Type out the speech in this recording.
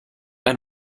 ein